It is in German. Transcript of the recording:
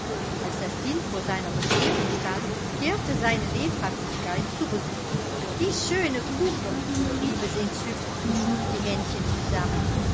als das kind vor seiner bescherung stand kehrte seine lebhaftigkeit zurück die schöne puppe rief es entzückt und schlug die händchen zusammen